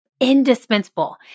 indispensable